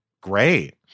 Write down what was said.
Great